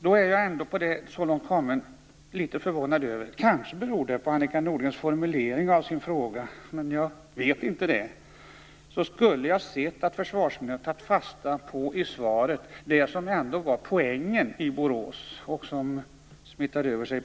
Jag är ändå litet förvånad över att försvarsministern i svaret inte tar fasta på det som var poängen i Borås, det som också smittade av sig i Linköping och Umeå - kanske beror detta på hur Annika Nordgren hade formulerat sina frågor.